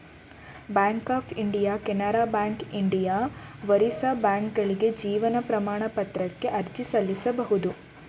bank of India Canara Bank Indian Overseas ಬ್ಯಾಂಕ್ಕ್ಗಳಿಗೆ ಜೀವನ ಪ್ರಮಾಣ ಪತ್ರಕ್ಕೆ ಅರ್ಜಿ ಸಲ್ಲಿಸಬಹುದು